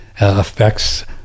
affects